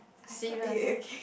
serious